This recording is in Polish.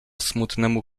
smutnemu